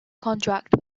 contract